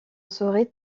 serait